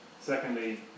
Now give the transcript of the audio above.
Secondly